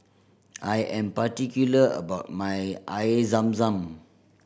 I am particular about my Air Zam Zam